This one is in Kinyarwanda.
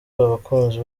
abakunzi